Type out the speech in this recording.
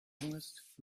longest